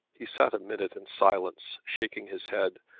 he sat a minute in silence shaking his head,